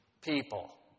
people